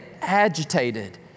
agitated